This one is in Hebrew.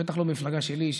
בטח לא במפלגה שלי.